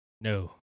No